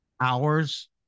hours